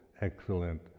excellent